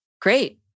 Great